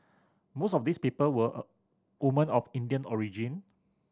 most of these people were a women of Indian origin